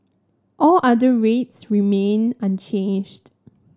all other rates remain unchanged